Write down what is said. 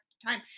time